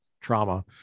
Trauma